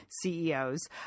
CEOs